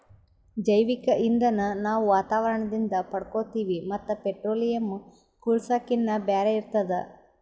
ಜೈವಿಕ್ ಇಂಧನ್ ನಾವ್ ವಾತಾವರಣದಿಂದ್ ಪಡ್ಕೋತೀವಿ ಮತ್ತ್ ಪೆಟ್ರೋಲಿಯಂ, ಕೂಳ್ಸಾಕಿನ್ನಾ ಬ್ಯಾರೆ ಇರ್ತದ